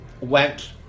went